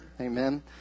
amen